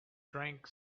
drank